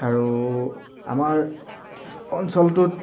আৰু আমাৰ অঞ্চলটোত